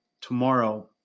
tomorrow